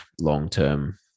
long-term